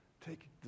take